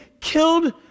killed